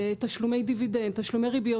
תשלומי דיבידנד, תשלומי ריביות.